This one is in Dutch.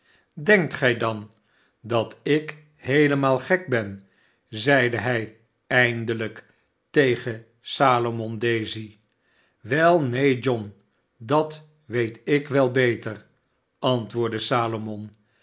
denkt gij dan dat ik heelemaal gek ben zeide hij eindelijk tegen salomon daisy wel neen john dat weet ik wel beter antwoordde salomon